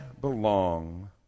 belong